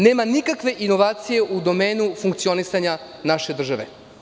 Nema nikakve inovacije u domenu funkcionisanja naše države.